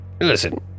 Listen